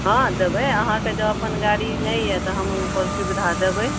हँ देबै अहाँके जँ अपन गाड़ी नहि यऽ तऽ हम ओकर सुविधा देबै